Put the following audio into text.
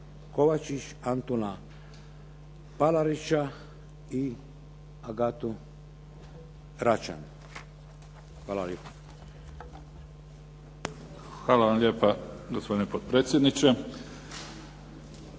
Hvala vam lijepa gospodine potpredsjedniče.